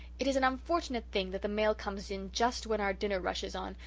it is an unfortunate thing that the mail comes in just when our dinner rush is on,